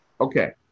Okay